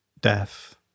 death